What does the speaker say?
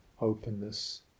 openness